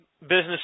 business